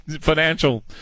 financial